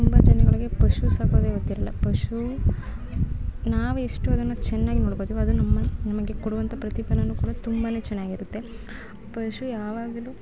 ತುಂಬ ಜನಗಳಿಗೆ ಪಶು ಸಾಕೋದೆ ಗೊತ್ತಿರಲ್ಲ ಪಶು ನಾವೆಷ್ಟು ಅದನ್ನು ಚೆನ್ನಾಗಿ ನೋಡ್ಕೊಳ್ತೀವೊ ಅದು ನಮ್ಮನ್ನು ನಮಗೆ ಕೊಡುವಂತಹ ಪ್ರತಿಫಲನು ಕೂಡ ತುಂಬನೇ ಚೆನ್ನಾಗಿರುತ್ತೆ ಪಶು ಯಾವಾಗಲೂ